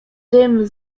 dym